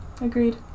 Agreed